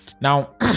Now